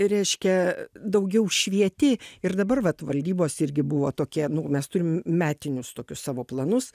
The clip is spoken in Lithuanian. reiškia daugiau švieti ir dabar vat valdybos irgi buvo tokie nu mes turim metinius tokius savo planus